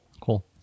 cool